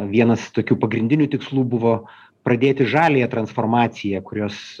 vienas tokių pagrindinių tikslų buvo pradėti žaliąją transformaciją kurios